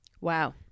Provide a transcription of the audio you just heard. Wow